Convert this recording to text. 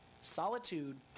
Solitude